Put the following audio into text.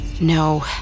No